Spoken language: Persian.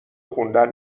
خوندن